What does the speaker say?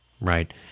right